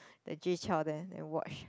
the Jay-Chou there and watch